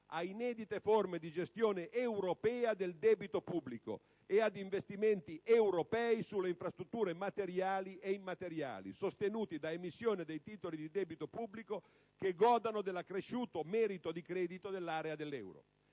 ad inedite forme di gestione europea del debito pubblico e ad investimenti europei sulle infrastrutture, materiali e immateriali, sostenute da emissioni di titoli di debito pubblico che godano dell'accresciuto merito di credito dell'area dell'euro.